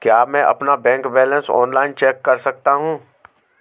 क्या मैं अपना बैंक बैलेंस ऑनलाइन चेक कर सकता हूँ?